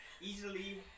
easily